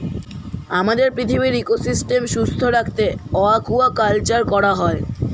আমাদের পৃথিবীর ইকোসিস্টেম সুস্থ রাখতে অ্য়াকুয়াকালচার করা হয়